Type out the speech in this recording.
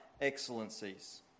excellencies